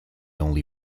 only